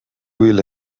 will